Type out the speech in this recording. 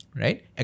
right